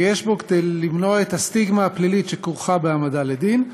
ויש בו כדי למנוע את הסטיגמה הפלילית שכרוכה בהעמדה לדין,